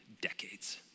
decades